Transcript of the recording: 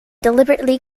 deliberately